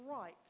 right